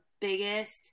biggest